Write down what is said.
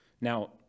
Now